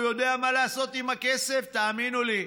הוא יודע מה לעשות עם הכסף, תאמינו לי.